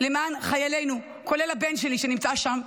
כמו כן, למען חיילינו, כולל הבן שלי שנמצא שם.